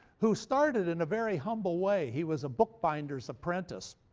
who started in a very humble way. he was a book binder's apprentice